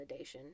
validation